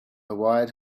wired